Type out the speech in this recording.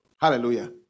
hallelujah